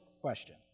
question